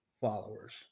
followers